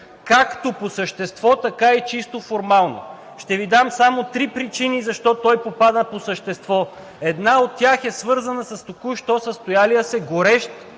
както по същество, така и чисто формално. Ще Ви дам само три причини защо той попада по същество. Една от тях е свързана с току-що състоялият се горещ